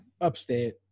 Upstate